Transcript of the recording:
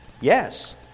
Yes